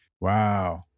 Wow